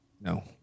No